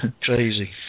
Crazy